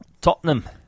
Tottenham